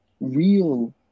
real